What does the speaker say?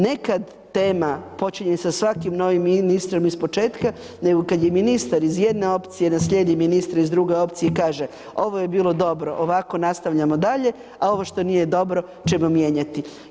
Nekad tema počinje sa svakim novim ministrom ispočetka, nego kad je ministar iz jedne opcije naslijedio ministra iz druge opcije i kaže, ovo je bilo dobro, ovako nastavljamo dalje, a ovo što nije dobro ćemo mijenjati.